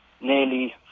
nearly